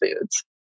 foods